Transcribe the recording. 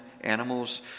animals